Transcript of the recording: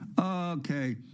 Okay